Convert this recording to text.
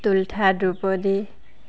টোলোঠা Droupadi